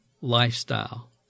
lifestyle